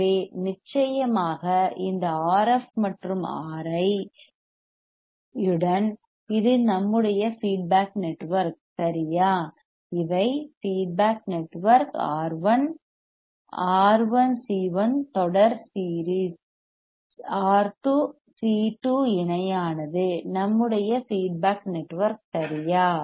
எனவே நிச்சயமாக இந்த Rf மற்றும் RI உடன் இது நம்முடைய ஃபீட்பேக் நெட்வொர்க் சரியா இவை ஃபீட்பேக் நெட்வொர்க் R1 C1 தொடர் series சீரிஸ் R2 C2 இணையானது நம்முடைய ஃபீட்பேக் நெட்வொர்க் சரியா